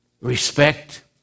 respect